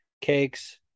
Cakes